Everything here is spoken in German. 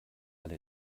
alle